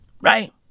Right